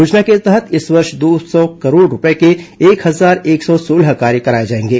योजना के तहत इस वर्ष दो सौ करोड़ रूपये के एक हजार एक सौ सोलह कार्य कराए जाएंगे